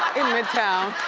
in midtown.